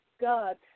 God